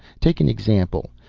take an example.